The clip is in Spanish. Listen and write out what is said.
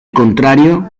contrario